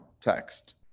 text